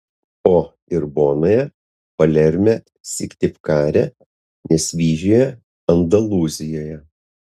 o ir bonoje palerme syktyvkare nesvyžiuje andalūzijoje